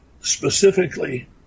specifically